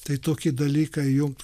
tai tokį dalyką jungti